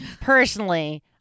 personally